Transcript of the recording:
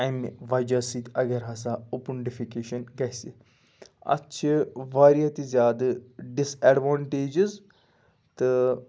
امہِ وَجہ سۭتۍ اگر ہَسا اوٚپُن ڈیٚفِکیشَن گَژھِ اَتھ چھِ واریاہ تہِ زیادٕ ڈِس ایٚڈوانٹیجِز تہٕ